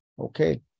Okay